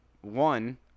one